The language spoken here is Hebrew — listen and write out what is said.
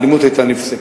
האלימות היתה נפסקת.